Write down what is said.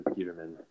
Peterman